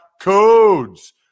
codes